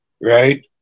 right